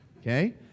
okay